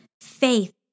faith